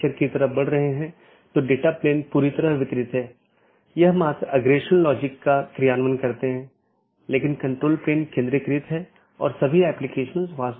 यह feature BGP साथियों को एक ही विज्ञापन में कई सन्निहित रूटिंग प्रविष्टियों को समेकित करने की अनुमति देता है और यह BGP की स्केलेबिलिटी को बड़े नेटवर्क तक बढ़ाता है